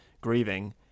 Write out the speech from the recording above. grieving